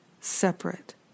separate